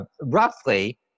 roughly